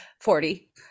Forty